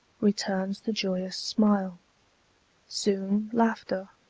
returns the joyous smile soon laughter,